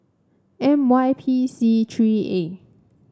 M Y P C three A